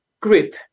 group